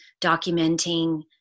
documenting